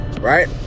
right